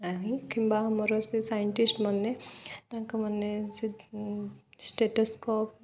ନାହିଁ କିମ୍ବା ଆମର ସେ ସାଇଣ୍ଟିଷ୍ଟ ମାନେ ତାଙ୍କ ମାନେ ସେ ଷ୍ଟେଟୋସ୍କୋପ୍